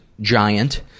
giant